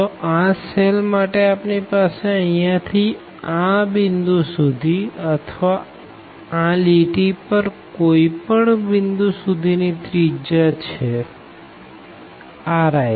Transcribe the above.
તો આ સેલ માટે આપણી પાસે અહિયાં થી આ પોઈન્ટ સુધી અથવા આ લાઈન પર કોઈ પણ પોઈન્ટ સુધી ની રેડીઅસ છે ri